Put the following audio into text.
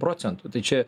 procentų tai čia